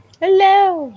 hello